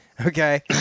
Okay